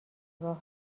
نگاه